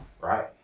right